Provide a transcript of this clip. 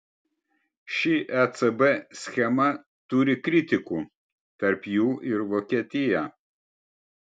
ši ecb schema turi kritikų tarp jų ir vokietija